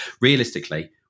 realistically